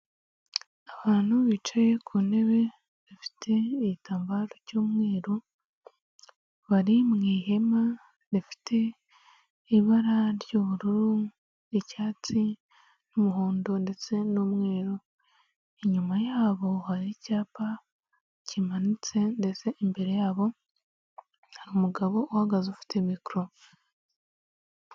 Abantu bicaye ku ntebe bafite igitambaro cy'umweru, bari mu ihema rifite ibara ry'ubururu n'icyatsi n'umuhondo ndetse n'umweru, inyuma yabo hari icyapa kimanitse ndetse imbere yabo hari umugabo uhagaze ufite mikoro.